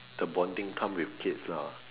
the bonding time with kids lah